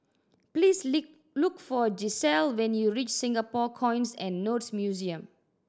please look for Gisele when you reach Singapore Coins and Notes Museum